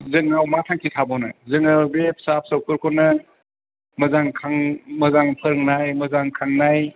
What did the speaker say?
जोंनाव मा थांखि थाबावनो जोङो बे फिसा फिसौफोरखौनो मोजां खांनो मोजां फोरोंनाय मोजां खांनाय